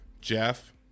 Jeff